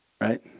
right